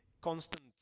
constant